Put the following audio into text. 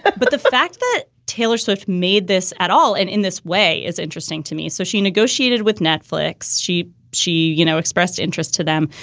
but the fact that taylor swift made this at all and in this way is interesting to me. so she negotiated with netflix. she she, you know, expressed interest to them.